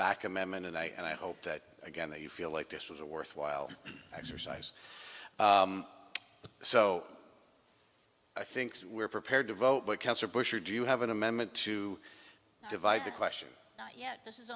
back amendment and i and i hope that again they feel like this was a worthwhile exercise so i think we're prepared to vote what cats or bush or do you have an amendment to divide the question yet this is